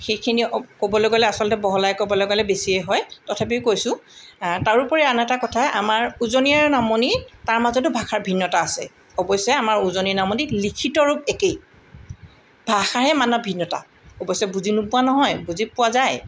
সেইখিনি ক'বলৈ গ'লে আচলতে বহলাই ক'বলৈ গ'লে বেছিয়ে হয় তথাপিও কৈছোঁ তাৰোপৰি আন এটা কথা আমাৰ উজনীয়া আৰু নামনি তাৰ মাজতো ভাষাৰ ভিন্নতা আছে অৱশ্যে আমাৰ উজনী নামনিত লিখিত ৰূপ একেই ভাষাহে মানৱ ভিন্নতা অৱশ্যে বুজি নোপোৱা নহয় বুজি পোৱা যায়